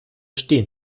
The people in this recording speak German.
stehen